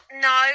No